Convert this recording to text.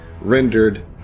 rendered